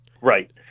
right